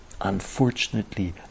unfortunately